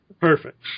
Perfect